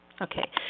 Okay